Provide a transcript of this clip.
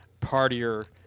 partier